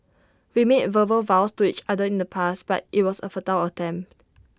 we made verbal vows to each other in the past but IT was A futile attempt